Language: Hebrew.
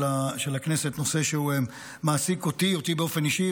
הכנסת נושא שמעסיק אותי באופן אישי,